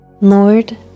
Lord